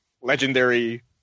legendary